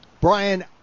Brian